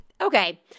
Okay